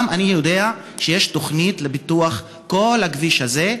אני יודע שיש שם תוכנית לפיתוח כל הכביש הזה,